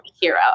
hero